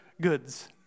goods